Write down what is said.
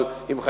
אבל אם,